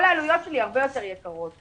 כל העלויות שלי הרבה יותר יקרות.